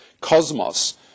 cosmos